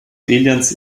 aliens